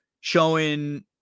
Showing